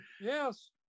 Yes